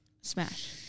Smash